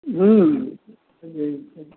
हुँ जी